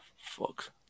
fuck